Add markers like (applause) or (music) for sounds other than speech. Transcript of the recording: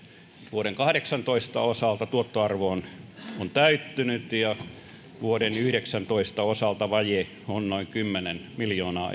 vuoden kahdeksantoista osalta tuottoarvo on on täyttynyt ja vuoden yhdeksäntoista osalta vaje on noin kymmenen miljoonaa (unintelligible)